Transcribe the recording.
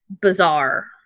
bizarre